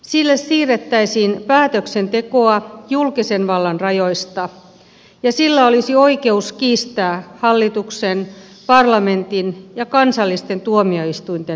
sille siirrettäisiin päätöksentekoa julkisen vallan rajoista ja sillä olisi oikeus kiistää hallituksen parlamentin ja kansallisten tuomioistuinten päätökset